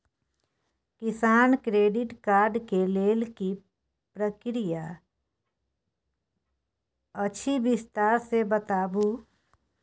किसान credit card के लेल की प्रक्रिया अछि विस्तार से बताबू?